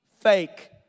fake